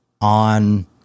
on